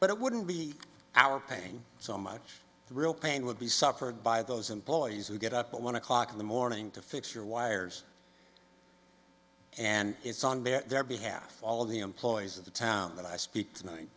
but it wouldn't be our pain so much the real pain would be suffered by those employees who get up at one o'clock in the morning to fix your wires and it's on their behalf all the employees of the town that i speak to